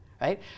right